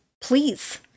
Please